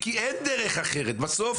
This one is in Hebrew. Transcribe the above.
כי אין דרך אחרת, בסוף